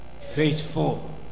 Faithful